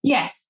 Yes